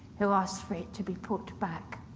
who asked for it to be put back.